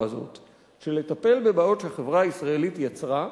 הזאת של לטפל בבעיות שהחברה הישראלית יצרה,